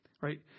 right